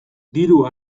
diru